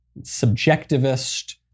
subjectivist